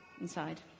inside